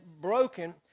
broken